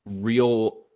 real